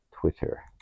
Twitter